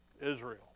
Israel